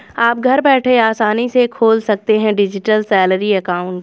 आप घर बैठे आसानी से खोल सकते हैं डिजिटल सैलरी अकाउंट